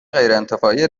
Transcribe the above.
غیرانتفاعی